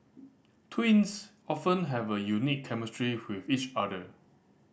twins often have a unique chemistry with each other